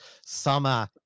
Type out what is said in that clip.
summer